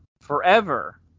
forever